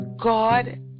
God